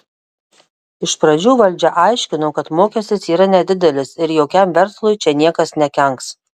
iš pradžių valdžia aiškino kad mokestis yra nedidelis ir jokiam verslui čia niekas nekenks